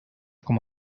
como